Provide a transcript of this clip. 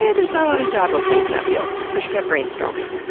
yeah there's not a lot of job openings in that field, so she kept brainstorming.